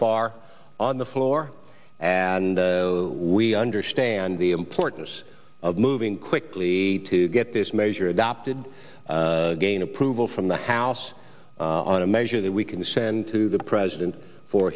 far on the floor we understand the importance of moving quickly to get this measure adopted gain approval from the house on a measure that we can send to the president for